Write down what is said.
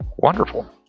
Wonderful